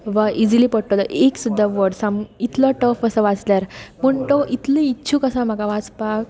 वा इजिली पडटलो एक सुद्दां वड इतलो टफ आसा वाचल्यार पूण तो इतलो इच्छूक आसा म्हाका वाचपाक